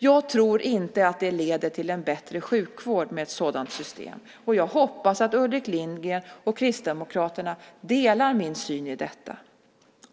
Jag tror inte att det leder till en bättre sjukvård med ett sådant system, och jag hoppas att Ulrik Lindgren och Kristdemokraterna delar min syn på detta.